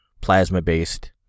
plasma-based